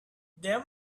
there